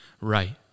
Right